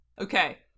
Okay